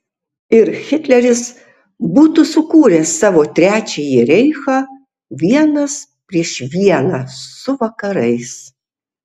ir hitleris būtų sukūręs savo trečiąjį reichą vienas prieš vieną su vakarais